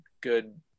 good